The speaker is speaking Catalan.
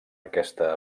aquesta